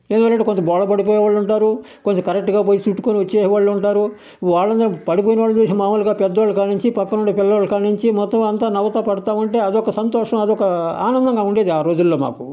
ఏదో బోళా పడిపోయే వాళ్ళుంటారు కొంత కరెక్టుగా పోయి చుట్టుకొని వచ్చేసే వాళ్ళుంటారు వాళ్ళందరు పడిపోయిన వాళ్ళను చూసి మాములుగా పెద్దోళ్ళ కాడినుంచి పక్కనుండే పిల్లోల్ల కాడినుంచి మొత్తం అంతా నవ్వుతా పడతా ఉంటే అదొక సంతోషం అదొక ఆనందంగా ఉండేది ఆ రోజుల్లో మాకు